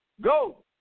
Go